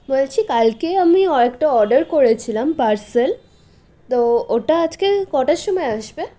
বলছি কালকেই আমি একটা অর্ডার করেছিলাম পার্সেল তো ওটা আজকে কটার সময় আসবে